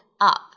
up